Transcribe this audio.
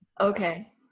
Okay